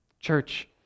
Church